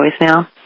voicemail